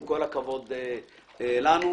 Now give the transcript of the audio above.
עם כל הכבוד לנו.